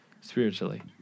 spiritually